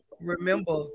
remember